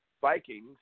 Vikings